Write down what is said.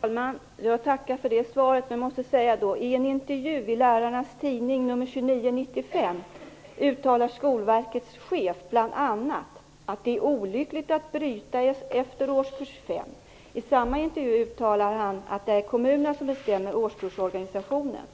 Herr talman! Jag tackar för det svaret. Men i en intervju i lärarnas tidning nr 29/1995 uttalar Skolverkets chef bl.a. att det är olyckligt att bryta efter årskurs 5. Han uttalar också att det är kommunerna som bestämmer årskursorganisationen.